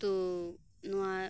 ᱛᱚ ᱱᱚᱣᱟ